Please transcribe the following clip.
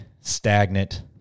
stagnant